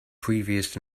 previous